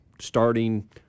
starting